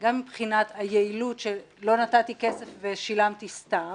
גם מבחינת היעילות, שלא נתתי כסף ושילמתי סתם,